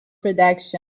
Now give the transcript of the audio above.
production